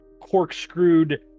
corkscrewed